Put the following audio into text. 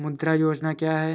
मुद्रा योजना क्या है?